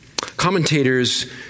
Commentators